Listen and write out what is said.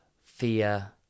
fear